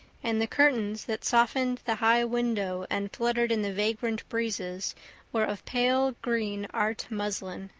and the curtains that softened the high window and fluttered in the vagrant breezes were of pale-green art muslin.